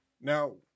Now